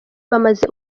bamaze